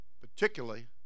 particularly